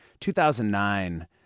2009